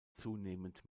zunehmend